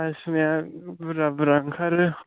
आसु माइआ बुरजा बुरजा ओंखारो